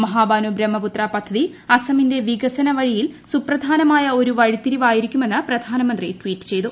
മഹാബാഹു ബ്രഹ്മപുത്ര പദ്ധതി അസമിന്റെ വികസന വഴിയിൽ സുപ്രധാനമായ ഒരു വഴിത്തിരിവായിരിക്കുമെന്ന് പ്രധാനമന്ത്രി ട്വീറ്റ് ചെയ്തു